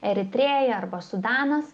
eritrėja arba sudanas